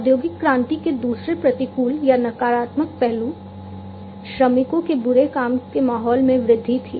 औद्योगिक क्रांति के दूसरे प्रतिकूल या नकारात्मक पहलू श्रमिकों के बुरे काम के माहौल में वृद्धि थी